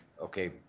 okay